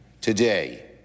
Today